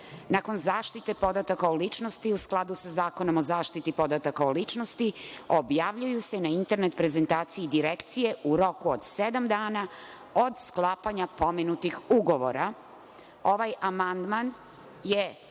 nakon zaštite podataka od ličnosti, u skladu sa Zakonom o zaštiti podataka o ličnosti, objavljuju se na internet prezentaciji Direkcije u roku od sedam dana od sklapanja pomenutih ugovora. Ovaj amandman je